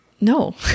no